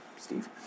Steve